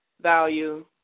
value